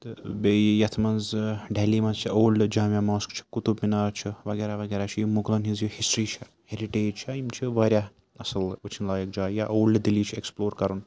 تہٕ بیٚیہِ یَتھ منٛز ڈہلی منٛز چھِ اولڈٕ جامع ماسک چھُ قطب مینار چھُ وغیرہ وغیرہ چھِ یہِ مُغلَن ہِنٛز یہِ ہِسٹِرٛی چھا ہیٚرِٹیج چھا یِم چھِ واریاہ اَصٕل وٕچھُن لایق جایہِ یا اولڈٕ دِلّی چھُ اٮ۪کٕسپٕلور کَرُن